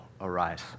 arise